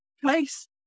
place